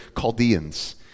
Chaldeans